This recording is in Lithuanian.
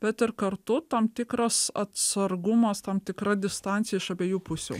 bet ir kartu tam tikras atsargumas tam tikra distancija iš abiejų pusių